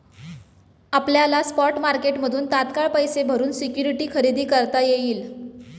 आपल्याला स्पॉट मार्केटमधून तात्काळ पैसे भरून सिक्युरिटी खरेदी करता येईल